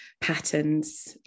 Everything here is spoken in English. patterns